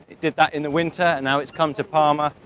it did that in the winter and now it's come to palma,